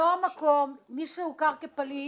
מי שהוכר כפליט